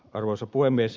arvoisa puhemies